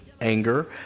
anger